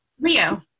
Rio